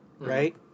Right